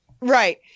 right